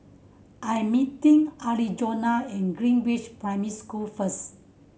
I'm meeting Arizona at Greenridge Primary School first